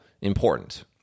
important